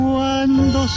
Cuando